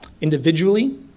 Individually